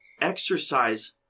exercise